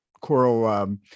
coral